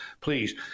please